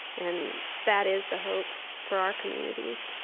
and that is the hope for our communities,